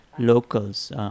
Locals